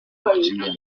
amakimbirane